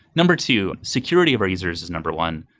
number two security of our users is number one.